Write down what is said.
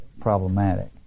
problematic